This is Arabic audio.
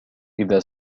إذا